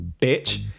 bitch